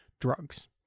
drugs